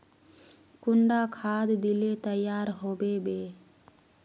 कुंडा खाद दिले तैयार होबे बे?